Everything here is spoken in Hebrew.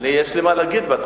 יש לי מה להגיד.